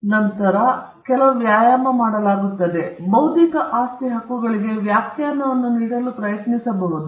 ಆ ನಂತರ ವ್ಯಾಯಾಮ ಮಾಡಲಾಗುತ್ತದೆ ನಾವು ಬೌದ್ಧಿಕ ಆಸ್ತಿ ಹಕ್ಕುಗಳಿಗೆ ವ್ಯಾಖ್ಯಾನವನ್ನು ನೀಡಲು ಪ್ರಯತ್ನಿಸಬಹುದು